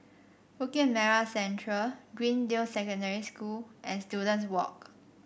Bukit Merah Central Greendale Secondary School and Students Walk